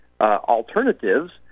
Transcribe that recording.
alternatives